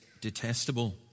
detestable